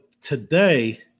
today